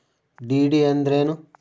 DD ಅಂದ್ರೇನು?